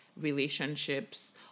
relationships